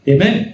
Amen